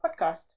Podcast